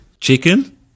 Chicken